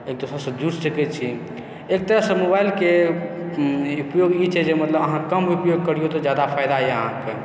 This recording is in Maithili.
एक दूसरासँ जुड़ि सकैत छी एक तरहसँ मोबाइलके उपयोग ई छै जे मतलब अहाँ कम उपयोग करियौ तऽ ज्यादा फायदा यए अहाँके